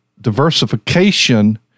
diversification